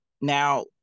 Now